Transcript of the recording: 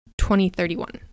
2031